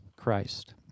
Christ